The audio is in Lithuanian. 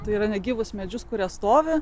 tai yra negyvus medžius kurie stovi